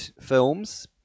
films